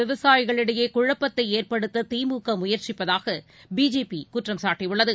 விவசாயிகளிடையேகுழப்பத்தைஏற்படுத்ததிமுகமுயற்சிப்பதாகபிஜேபிகுற்றம் சாட்டியுள்ளது